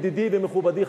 ידידי ומכובדי,